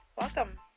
welcome